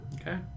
Okay